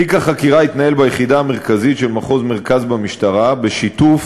תיק החקירה התנהל ביחידה המרכזית של מחוז מרכז במשטרה בשיתוף,